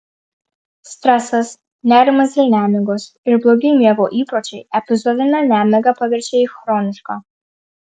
stresas nerimas dėl nemigos ir blogi miego įpročiai epizodinę nemigą paverčia į chronišką